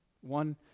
one